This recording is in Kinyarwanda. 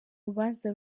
urubanza